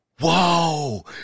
whoa